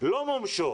לא מומשו